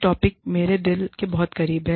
topic मेरे दिल के बहुत करीब है